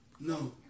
No